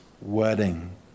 wedding